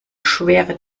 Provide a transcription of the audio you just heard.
schwere